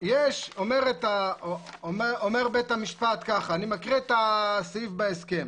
אומר בית המשפט, אני מקריא את הסעיף בהסכם: